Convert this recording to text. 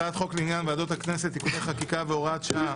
הצעת חוק לעניין ועדות הכנסת (תיקוני חקיקה והוראת שעה),